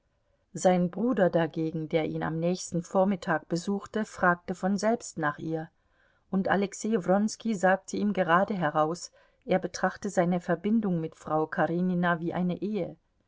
sein bruder dagegen der ihn am nächsten vormittag besuchte fragte von selbst nach ihr und alexei wronski sagte ihm geradeheraus er betrachte seine verbindung mit frau karenina wie eine ehe